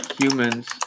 humans